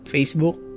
Facebook